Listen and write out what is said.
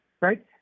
right